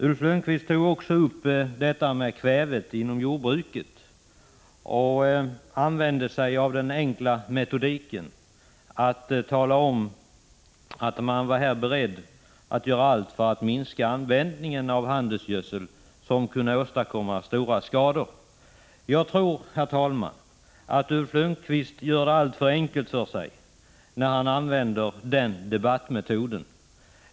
Ulf Lönnqvist tog upp frågan om kvävet inom jordbruket och tillämpade den enkla metoden att tala om att man var beredd att göra allt för att minska användningen av handelsgödsel som kunde åstadkomma stora skador. Jag tror, herr talman, att Ulf Lönnqvist gör det alltför enkelt för sig när han använder den debattmetoden.